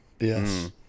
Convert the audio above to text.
Yes